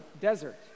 desert